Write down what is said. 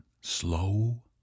slow